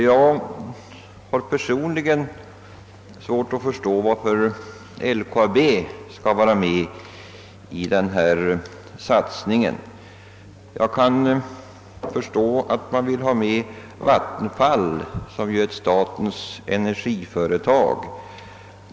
Jag har personligen svårt att förstå varför LKAB skall vara med i denna satsning. Jag kan möjligen förstå att man vill ha med vattenfallsverket som är statens energiföretag.